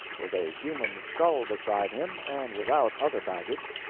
with a human skull beside him, and without other baggage,